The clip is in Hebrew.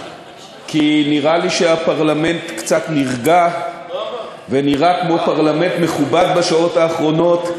כי נראה לי שהפרלמנט קצת נרגע ונראה כמו פרלמנט מכובד בשעות האחרונות,